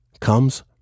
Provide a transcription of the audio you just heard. comes